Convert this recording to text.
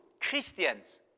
Christians